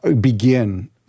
begin